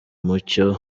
mucyo